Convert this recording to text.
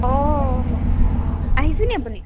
অঁ আহিছেনি আপুনি